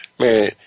man